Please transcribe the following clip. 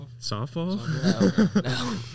Softball